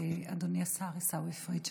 אדוני השר עיסאווי פריג'.